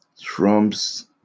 Trump's